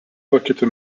pakeitė